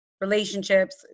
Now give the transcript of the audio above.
relationships